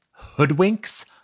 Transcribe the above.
hoodwinks